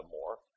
more